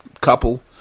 couple